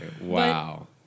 wow